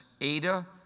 Ada